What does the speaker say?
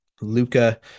Luca